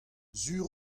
sur